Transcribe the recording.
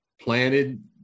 planted